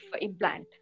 implant